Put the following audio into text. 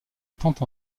tante